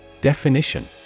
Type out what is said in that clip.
Definition